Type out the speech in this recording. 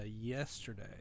yesterday